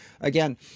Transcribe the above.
Again